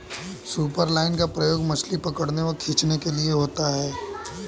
superline का प्रयोग मछली पकड़ने व खींचने के लिए होता है